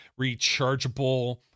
rechargeable